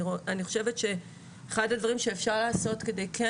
אני חושבת שאחד הדברים שאפשר לעשות כדי כן